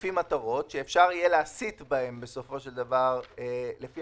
לפי מטרות שאפשר יהיה להסית בהן בסופו של דבר לפי